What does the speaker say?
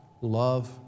love